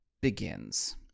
begins